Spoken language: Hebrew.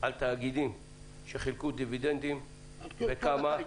על תאגידים שחילקו דיבידנדים וכמה.